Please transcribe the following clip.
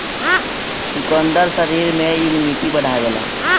चुकंदर शरीर में इमुनिटी बढ़ावेला